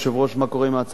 מה קורה עם ההצעה לסדר-היום.